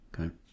Okay